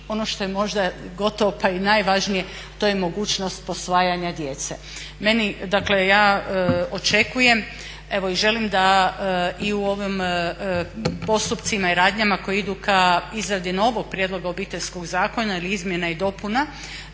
ono što je možda gotovo pa i najvažnije to je mogućnost posvajanja djece. Dakle ja očekujem, evo i želim da i u ovim postupcima i radnjama koje idu ka izradi novog Prijedloga Obiteljskog zakona ili izmjena i dopuna